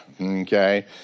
Okay